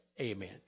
Amen